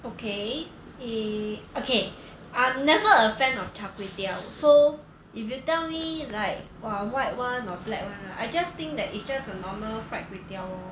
okay eh okay I'm never a fan of char kway teow so if you tell me like !wah! white [one] or black [one] right I just think that it's just a normal fried kway teow lor